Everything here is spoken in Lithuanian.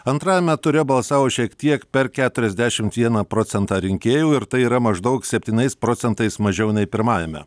antrajame ture balsavo šiek tiek per keturiasdešimt vieną procentą rinkėjų ir tai yra maždaug septyniais procentais mažiau nei pirmajame